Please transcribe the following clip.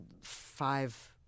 five